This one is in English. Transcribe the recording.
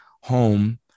home